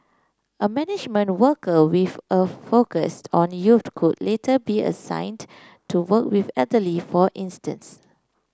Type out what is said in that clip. a management worker with a focus on youth could later be assigned to work with elderly for instance